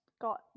got